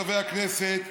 חברי הכנסת,